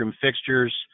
fixtures